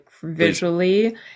visually